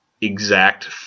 exact